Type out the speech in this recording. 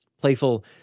Playful